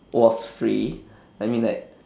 was free I mean like